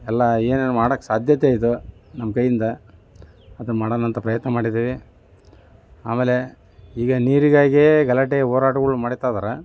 ಎಲ್ಲ ಏನೇನು ಮಾಡೋಕ್ಕೆ ಸಾಧ್ಯತೆ ಇದ್ಯೋ ನಮ್ಮ ಕೈಯ್ಯಿಂದ ಅದನ್ನ ಮಾಡೋಣ ಅಂತ ಪ್ರಯತ್ನ ಮಾಡಿದ್ದೀವಿ ಆಮೇಲೆ ಈಗ ನೀರಿಗಾಗಿಯೇ ಗಲಾಟೆ ಹೋರಾಟಗಳು ಮಾಡ್ತಾಯಿದ್ದಾರೆ